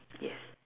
yes